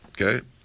Okay